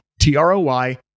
T-R-O-Y